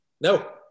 No